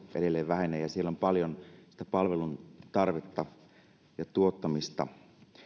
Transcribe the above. edelleen vähenevät ja siellä on paljon sitä palvelun tarvetta ja tuottamista